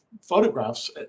photographs